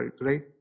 right